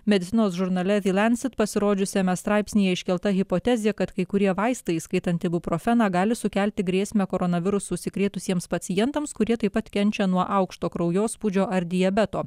medicinos žurnale the lancet pasirodžiusiame straipsnyje iškelta hipotezė kad kai kurie vaistai įskaitant ibuprofeną gali sukelti grėsmę koronavirusu užsikrėtusiems pacientams kurie taip pat kenčia nuo aukšto kraujospūdžio ar diabeto